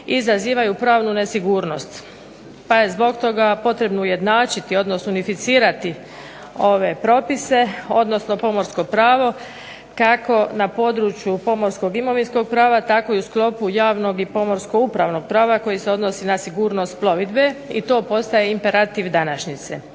izazivaju pravnu nesigurnost pa je zbog toga potrebno ujednačiti, odnosno unificirati ove propise odnosno pomorsko pravo kako na području pomorskog imovinskog prava tako i u sklopu javnog i pomorsko-upravnog prava koji se odnosi na sigurnost plovidbe i to postaje imperativ današnjice.